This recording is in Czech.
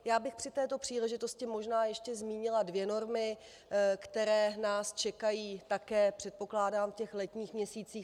Já bych při této příležitosti možná ještě zmínila dvě normy, které nás čekají také, předpokládám v letních měsících.